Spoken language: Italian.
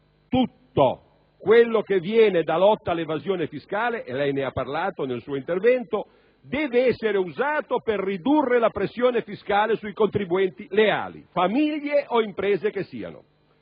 tutto quello che viene dalla lotta all'evasione fiscale (lei ne ha parlato nel suo intervento) deve essere usato per ridurre la pressione fiscale sui contribuenti leali, famiglie o imprese che siano.